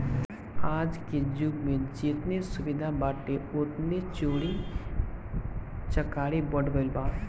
आजके जुग में जेतने सुविधा बाटे ओतने चोरी चकारी बढ़ गईल बा